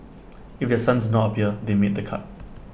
if their sons do not appear they made the cut